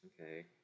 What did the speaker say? okay